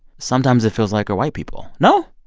sometimes it feels like, are white people. no?